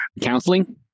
Counseling